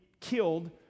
killed